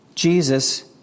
Jesus